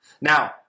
Now